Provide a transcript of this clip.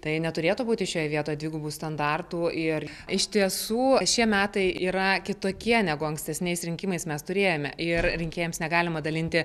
tai neturėtų būti šioje vietoje dvigubų standartų ir iš tiesų šie metai yra kitokie negu ankstesniais rinkimais mes turėjome ir rinkėjams negalima dalinti